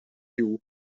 view